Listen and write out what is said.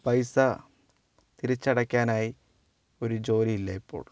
പൈസ തിരിച്ചടയ്ക്കാനായി ഒരു ജോലി ഇല്ല ഇപ്പോൾ